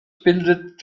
bildet